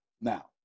Now